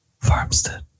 Farmstead